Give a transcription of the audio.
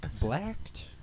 Blacked